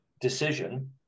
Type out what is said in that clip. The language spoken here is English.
decision